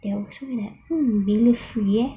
then I was like mm maybe free eh